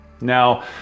now